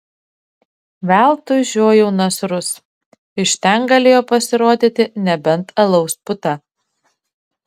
veltui žiojau nasrus iš ten galėjo pasirodyti nebent alaus puta